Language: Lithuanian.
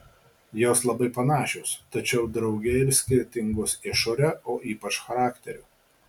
jos labai panašios tačiau drauge ir skirtingos išore o ypač charakteriu